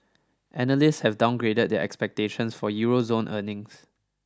analysts have downgraded their expectations for Euro zone earnings